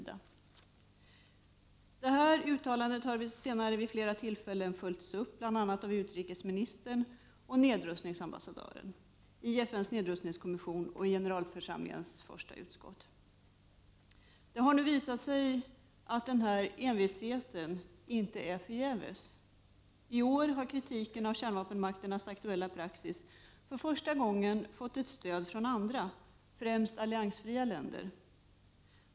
Detta uttalande har senare vid flera tillfällen följts upp av bl.a. utrikesministern och nedrustningsambassadören i FN:s nedrustningskommission och i generalförsamlingens första utskott. Det har nu visat sig att denna envishet inte varit förgäves. I år har kritiken av kärnvapenmakternas aktuella praxis för första gången fått stöd av andra, främst alliansfria länder.